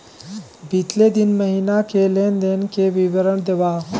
बितले तीन महीना के लेन देन के विवरण देवा?